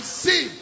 see